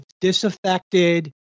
disaffected